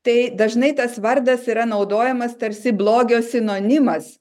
tai dažnai tas vardas yra naudojamas tarsi blogio sinonimas